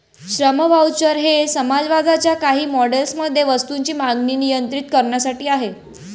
श्रम व्हाउचर हे समाजवादाच्या काही मॉडेल्स मध्ये वस्तूंची मागणी नियंत्रित करण्यासाठी आहेत